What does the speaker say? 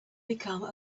become